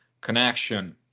connection